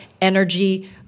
energy